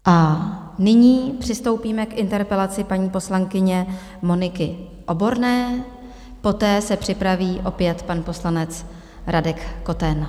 A nyní přistoupíme k interpelaci paní poslankyně Moniky Oborné, poté se připraví opět pan poslanec Radek Koten.